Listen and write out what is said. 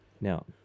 now